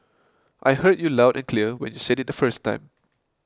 I heard you loud and clear when you said it the first time